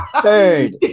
Third